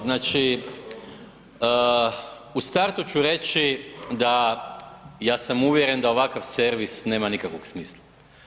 Znači, u startu ću reći da ja sam uvjeren da ovakav servis nema nikakvog smisla.